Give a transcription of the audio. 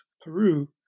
Peru